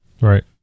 Right